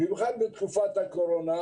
במיוחד בתקופת הקורונה,